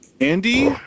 Andy